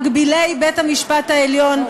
מגבילי בית-המשפט העליון.